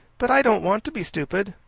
but i don't want to be stupid.